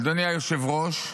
אדוני היושב-ראש,